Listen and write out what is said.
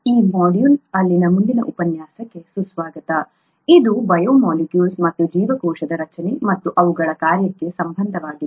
ಈ ಮಾಡ್ಯೂಲ್ ಅಲ್ಲಿನ ಮುಂದಿನ ಉಪನ್ಯಾಸಕ್ಕೆ ಸುಸ್ವಾಗತ ಇದು ಬಯೋಮಾಲಿಕ್ಯೂಲ್ಸ್ ಮತ್ತು ಜೀವಕೋಶದ ರಚನೆ ಮತ್ತು ಅವುಗಳ ಕಾರ್ಯಕ್ಕೆ ಸಂಬಂಧವಾಗಿದೆ